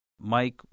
Mike